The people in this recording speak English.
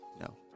no